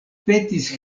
petis